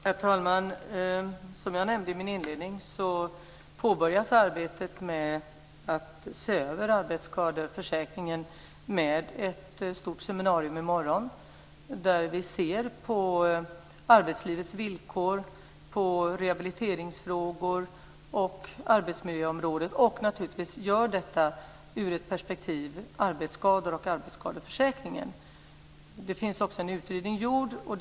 Herr talman! Som jag nämnde i min inledning påbörjas arbetet med att se över arbetsskadeförsäkringen med ett stort seminarium i morgon. Vi ska se på villkoren i arbetslivet, på rehabiliteringsfrågor på arbetsmiljöområdet och naturligtvis göra detta ur ett perspektiv som tar med arbetsskadeförsäkringen. Det finns också en redan gjord utredning.